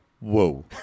whoa